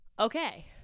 Okay